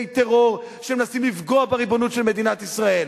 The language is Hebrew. ארגוני טרור שמנסים לפגוע בריבונות של מדינת ישראל.